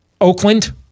Oakland